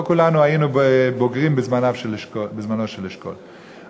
לא כולנו היינו בוגרים בזמנו של אשכול,